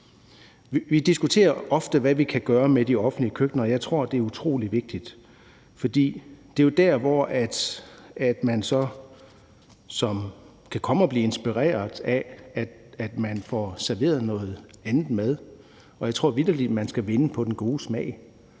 Vi diskuterer ofte, hvad vi kan gøre i forhold til de offentlige køkkener. Jeg tror, de er utrolig vigtige, for det er jo der, man kan blive inspireret, fordi man får serveret noget andet mad. Og jeg tror vitterlig, at man skal vinde på den gode smag.